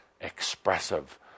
expressive